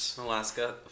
Alaska